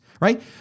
right